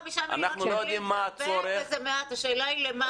25 מיליון שקלים זה הרבה וזה מעט, השאלה היא למה.